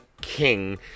king